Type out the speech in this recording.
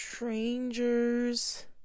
strangers